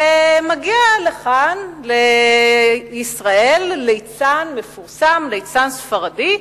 ומגיע לכאן לישראל ליצן מפורסם, ליצן ספרדי,